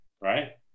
right